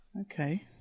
Okay